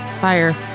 fire